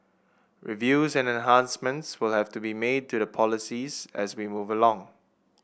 reviews and enhancements will have to be made to the policies as we move along